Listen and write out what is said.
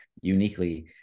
uniquely